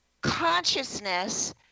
consciousness